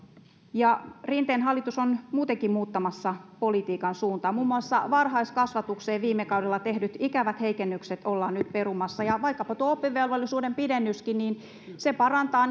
rinteen hallitus on muutenkin muuttamassa politiikan suuntaa muun muassa varhaiskasvatukseen viime kaudella tehdyt ikävät heikennykset ollaan nyt perumassa ja vaikkapa tuo oppivelvollisuuden pidennyskin parantaa